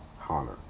Connor